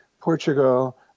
Portugal